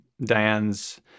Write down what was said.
Diane's